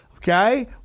Okay